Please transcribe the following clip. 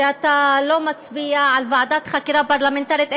שאתה לא מצביע על ועדת חקירה פרלמנטרית,